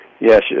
Yes